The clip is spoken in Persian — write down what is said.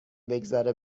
بگذره